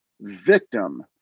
victim